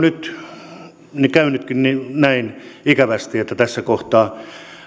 nyt käynytkin näin ikävästi että tässä kohtaa